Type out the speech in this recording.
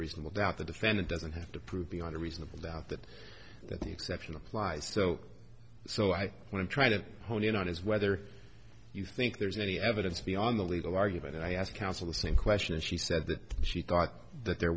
reasonable doubt the defendant doesn't have to prove beyond a reasonable doubt that that the exception applies so so i want to try to hone in on his whether you think there's any evidence beyond the legal argument and i ask counsel the same question and she said that she thought that there